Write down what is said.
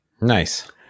Nice